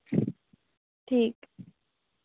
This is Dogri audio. ठीक